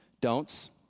Don'ts